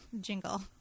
jingle